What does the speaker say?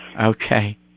Okay